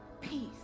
peace